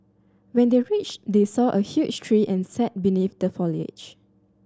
when they reached they saw a huge tree and sat beneath the foliage